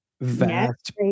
vast